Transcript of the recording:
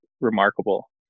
remarkable